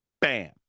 bam